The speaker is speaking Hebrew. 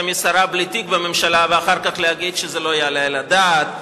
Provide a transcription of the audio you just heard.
כשרה בלי תיק בממשלה ואחר כך להגיד שזה לא יעלה על הדעת,